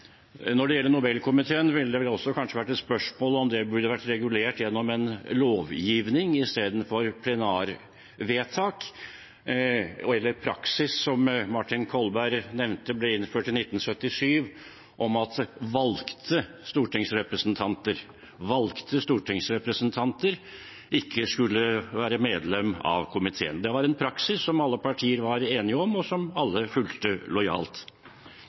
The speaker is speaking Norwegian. Når det gjelder Nobelkomiteen, er det kanskje også et spørsmål om det burde vært regulert gjennom lovgivning istedenfor gjennom plenarvedtak eller praksis – som Martin Kolberg nevnte ble innført i 1977 – med at valgte stortingsrepresentanter ikke skulle være medlem av komiteen. Det var en praksis som alle partier var enige om, og som alle fulgte lojalt.